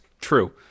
true